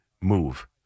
move